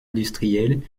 industriel